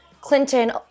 Clinton